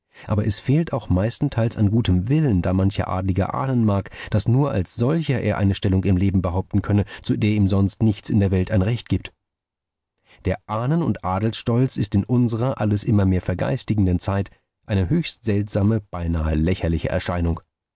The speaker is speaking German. aber es fehlt auch meistenteils an gutem willen da mancher adliger ahnen mag daß nur als solcher er eine stellung im leben behaupten könne zu der ihm sonst nichts in der welt ein recht gibt der ahnen und adelstolz ist in unserer alles immer mehr vergeistigenden zeit eine höchst seltsame beinahe lächerliche erscheinung